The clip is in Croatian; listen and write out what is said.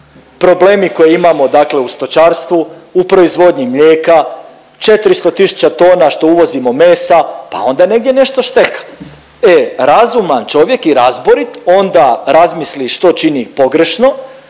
problemi koje imamo dakle u stočarstvu, u proizvodnji mlijeka, 400 tisuća tona što uvozimo mesa, pa onda negdje nešto šteka. E razuman čovjek i razborit onda razmisli što čini pogrešno,